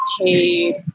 paid